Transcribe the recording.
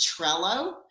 Trello